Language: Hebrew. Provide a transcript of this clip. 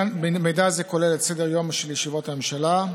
מידע זה כולל את סדר-היום של ישיבות הממשלה,